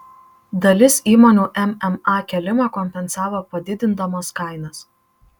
dalis įmonių mma kėlimą kompensavo padidindamos kainas